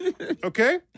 Okay